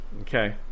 Okay